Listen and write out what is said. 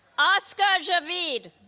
ah so azka javaid